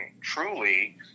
truly